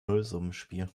nullsummenspiel